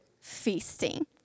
feasting